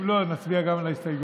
אם לא, אז נצביע גם על ההסתייגויות.